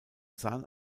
sahen